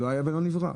לא היה ולא נברא.